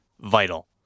vital